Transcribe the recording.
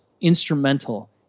instrumental